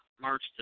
March